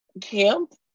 camp